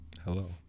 Hello